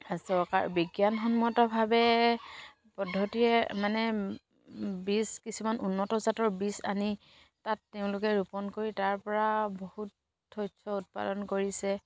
চৰকাৰ বিজ্ঞানসন্মতভাৱে পদ্ধতিৰে মানে বীজ কিছুমান উন্নত জাতৰ বীজ আনি তাত তেওঁলোকে ৰোপণ কৰি তাৰপৰা বহুত শস্য উৎপাদন কৰিছে